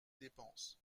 dépenses